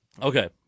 Okay